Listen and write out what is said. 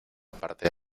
parte